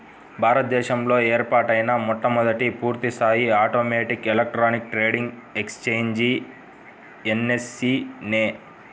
భారత దేశంలో ఏర్పాటైన మొట్టమొదటి పూర్తిస్థాయి automatic electronic trading exchange NSE నే